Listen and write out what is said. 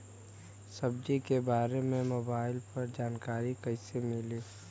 सब्जी के बारे मे मोबाइल पर जानकारी कईसे मिली?